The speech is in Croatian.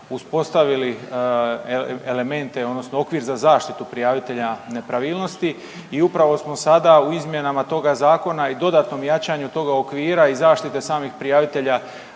uspostavili elemente odnosno okvir za zaštitu prijavitelja nepravilnosti i upravo smo sada u izmjenama toga zakona i dodatnom jačanju toga okvira i zaštite samih prijavitelja